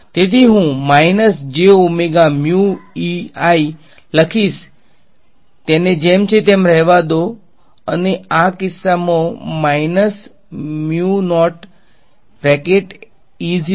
તેથી હું લખીશ તેને જેમ છે તેમ રહેવા દો અને આ કિસ્સામાં યોગ્ય છે